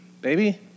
baby